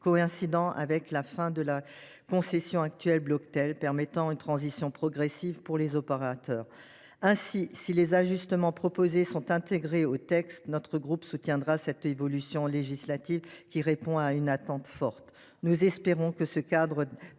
coïncider avec la fin de la concession actuelle de Bloctel, ce qui assurera une transition progressive pour les opérateurs. Si les ajustements proposés sont intégrés au texte, notre groupe soutiendra cette évolution législative, qui répond à une attente forte. Nous espérons que ce cadre